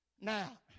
Now